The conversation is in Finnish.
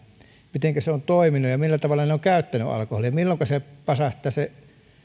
mitenkä se on toiminut ja millä tavalla he ovat käyttäneet alkoholia ja milloinka pasahtaa se